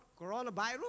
coronavirus